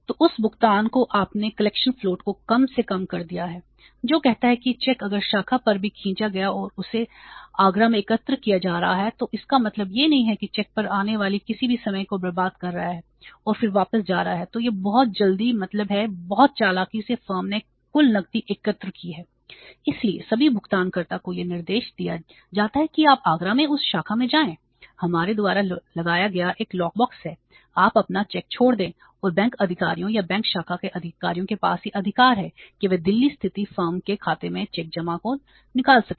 तो उस भुगतान को आपने कलेक्शनफ़्लोट है आप अपना चेक छोड़ दें और बैंक अधिकारियों या बैंक शाखा के अधिकारियों के पास यह अधिकार है कि वे दिल्ली स्थित फर्म के खाते में चेक जमा को निकाल सकें